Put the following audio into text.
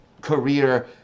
career